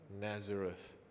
Nazareth